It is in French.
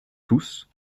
tous